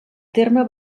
terme